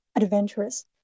adventurous